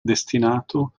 destinato